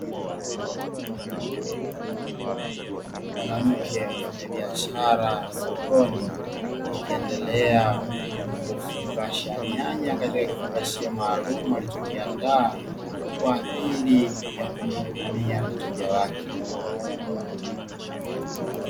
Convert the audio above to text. Mwanamke mfanya biashara sokoni, akiendelea kufungasha nyanya katika kifungashio maalimu alicho kiandaa kwa ajili ya kumhudumia mteja wake.